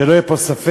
שלא יהיה פה ספק,